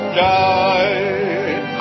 die